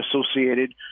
associated